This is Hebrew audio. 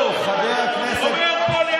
טוב, די, די, הבנו, חבר הכנסת, אומר פה ליד